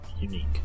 unique